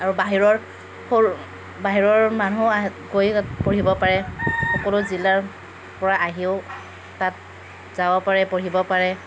আৰু বাহিৰৰ সৰু বাহিৰৰ মানুহ গৈ তাত পঢ়িব পাৰে সকলো জিলাৰ পৰা আহিও তাত যাব পাৰে পঢ়িব পাৰে